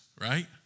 right